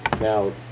Now